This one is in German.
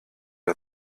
der